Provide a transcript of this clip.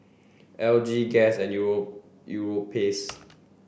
L G Guess and Europace